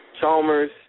Chalmers